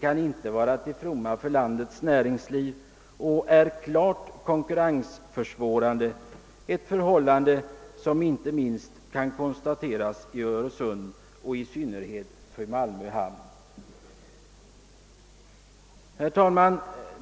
kan inte vara till fromma för landets näringsliv och är klart konkurrensförsvårande — ett förhållande som inte minst kan konstateras i Öresund och i synnerhet Malmö hamn. Herr talman!